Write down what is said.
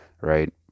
right